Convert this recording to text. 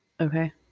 okay